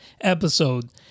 episode